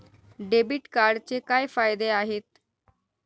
Debit कार्डचे काय फायदे आहेत?